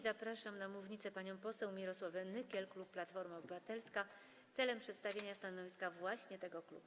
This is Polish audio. Zapraszam na mównicę panią poseł Mirosławę Nykiel, klub Platforma Obywatelska, celem przedstawienia stanowiska właśnie tego klubu.